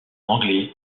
anglais